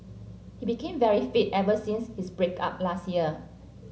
he became very fit ever since his break up last year